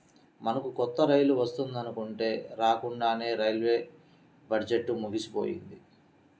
మనకు కొత్త రైలు వస్తుందనుకుంటే రాకండానే రైల్వే బడ్జెట్టు ముగిసిపోయింది